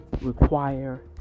require